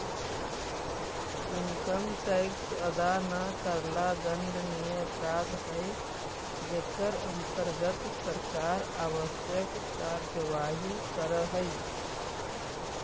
income tax अदा न करला दंडनीय अपराध हई जेकर अंतर्गत सरकार आवश्यक कार्यवाही करऽ हई